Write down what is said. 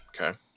Okay